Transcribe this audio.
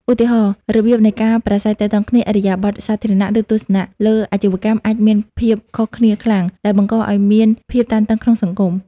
ឧទាហរណ៍ របៀបនៃការប្រាស្រ័យទាក់ទងគ្នា ឥរិយាបថសាធារណៈ ឬទស្សនៈលើអាជីវកម្មអាចមានភាពខុសគ្នាខ្លាំង ដែលបង្កឲ្យមានភាពតានតឹងក្នុងសង្គម។